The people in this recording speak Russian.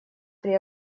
при